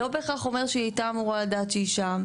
לא בהכרח אומה שהיא הייתה אמורה לדעת שהיא שם.